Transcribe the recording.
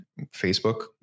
Facebook